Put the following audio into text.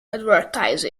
advertise